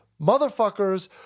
motherfuckers